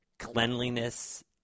cleanliness